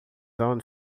aonde